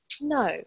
No